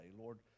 Lord